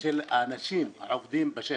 של האנשים העובדים בשטח.